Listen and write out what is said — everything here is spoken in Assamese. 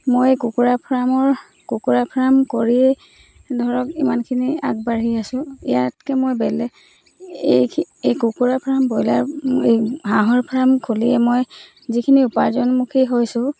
মই এই কুকুৰাৰ ফাৰ্মৰ কুকুৰা ফাৰ্ম কৰিয়েই ধৰক ইমানখিনি আগবাঢ়ি আছো ইয়াতকৈ মই বেলেগ এই এই কুকুৰা ফাৰ্ম ব্ৰইলাৰ এই হাঁহৰ ফাৰ্ম খুলিয়েই মই যিখিনি উপাৰ্জনমুখী হৈছোঁ